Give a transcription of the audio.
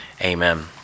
amen